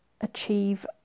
achieve